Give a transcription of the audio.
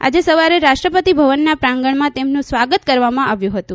આજે સવારે રાષ્ટ્રપતિભવનના પ્રાંગણમાં તેમનું સ્વાગત કરવામાં આવ્યું હતું